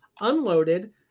unloaded